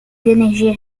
energia